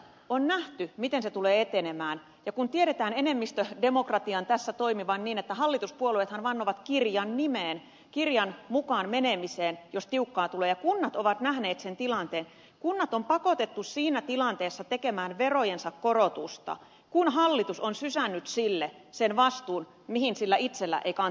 on nähty miten se tulee etenemään ja tiedetään enemmistödemokratian tässä toimivan niin että hallituspuolueethan vannovat kirjan nimeen kirjan mukaan menemiseen jos tiukkaa tulee ja kunnat ovat nähneet sen tilanteen ja ovat pakotettuja siinä tilanteessa tekemään verojensa korotusta kun hallitus on sysännyt sille sen vastuun mihin sillä itsellä ei kantti riitä